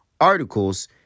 articles